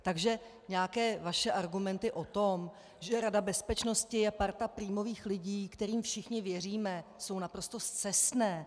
Takže nějaké vaše argumenty o tom, že Rada bezpečnosti je parta prímových lidí, kterým všichni věříme, jsou naprosto scestné!